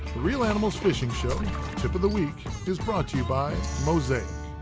reel animals fishing show tip of the week is brought to you by mosaic.